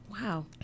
Wow